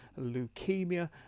leukemia